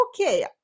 okay